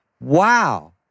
wow